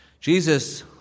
Jesus